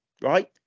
Right